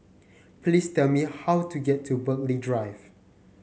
please tell me how to get to Burghley Drive